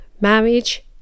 marriage